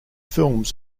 films